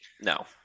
No